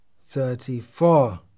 thirty-four